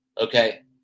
okay